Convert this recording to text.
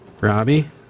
Robbie